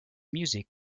music